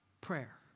Prayer